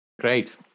Great